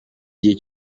gihe